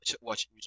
watch